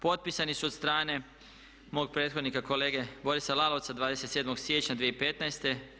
Potpisani su od strane mog prethodnika kolege Borisa Lalovca 27. siječnja 2015.